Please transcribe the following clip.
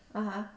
(uh huh)